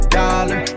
dollar